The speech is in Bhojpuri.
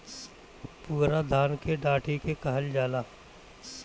पुअरा धान के डाठी के कहल जाला